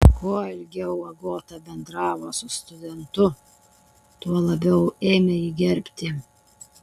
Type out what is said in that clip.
kuo ilgiau agota bendravo su studentu tuo labiau ėmė jį gerbti